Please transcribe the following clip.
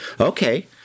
Okay